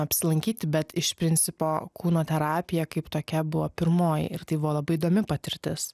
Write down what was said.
apsilankyti bet iš principo kūno terapija kaip tokia buvo pirmoji ir tai buvo labai įdomi patirtis